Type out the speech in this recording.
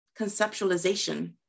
conceptualization